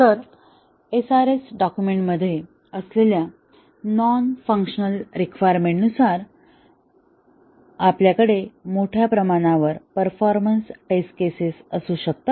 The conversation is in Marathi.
तर SRS डॉक्युमेंट मध्ये असलेल्या नॉन फंक्शनल रिक्वायरमेंट नुसार आपल्या कडे मोठ्या प्रमाणावर परफॉर्मन्स टेस्ट केसेस असू शकतात